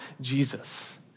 Jesus